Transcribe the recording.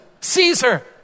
Caesar